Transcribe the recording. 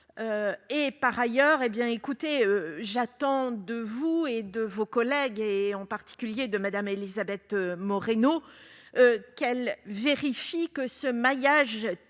Par ailleurs, j'attends de vous et de vos collègues, en particulier de Mme Elisabeth Moreno, que vous vérifiez que ce maillage